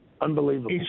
Unbelievable